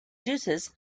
juices